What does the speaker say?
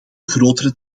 grotere